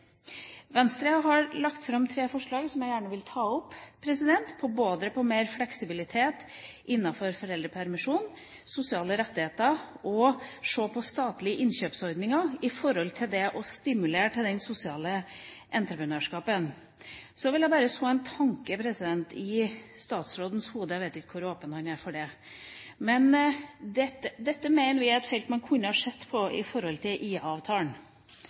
Venstre har lagt fram tre forslag som jeg gjerne vil ta opp, om mer fleksibilitet når det gjelder foreldrepermisjon, sosiale rettigheter og statlige innkjøpsordninger for å stimulere til sosialt entreprenørskap. Så vil jeg så en tanke i statsrådens hode – jeg vet ikke hvor åpen han er for det. Vi mener IA-avtalen er et felt man burde se på her. Bedrifter blir IA-bedrifter, men gir likevel ikke lik lønn for likt arbeid i